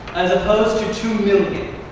as opposed to two million.